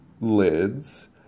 lids